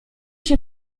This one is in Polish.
się